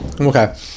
Okay